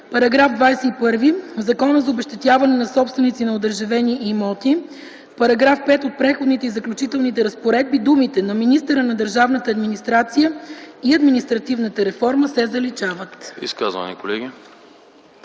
§ 21. В Закона за обезщетяване на собственици на одържавени имоти в § 5 от Преходните и заключителните разпоредби думите ”на министъра на държавната администрация и административната реформа” се заличават.”